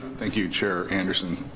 thank you chair anderson.